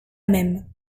même